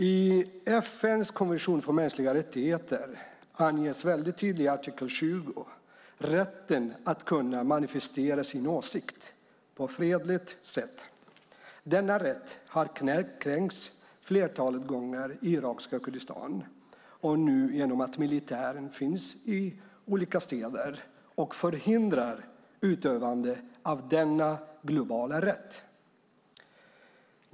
I FN:s konvention för mänskliga rättigheter anges tydligt i artikel 20 rätten att kunna manifestera sin åsikt på fredligt sätt. Denna rätt har kränkts ett flertal gånger i irakiska Kurdistan, och nu genom att militären finns i olika städer och förhindrar utövande av denna globala rättighet.